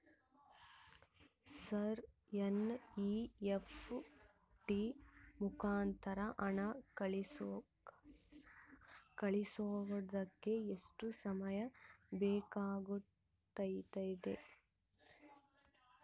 Sir NEFT ಮುಖಾಂತರ ಹಣ ಕಳಿಸೋಕೆ ಎಷ್ಟು ಸಮಯ ಬೇಕಾಗುತೈತಿ?